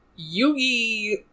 Yugi